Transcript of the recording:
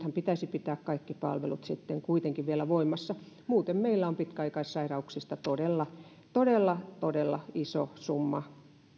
pitäisi pitää kaikki palvelut sitten kuitenkin vielä voimassa muuten meillä on pitkäaikaissairauksista todella todella todella iso summa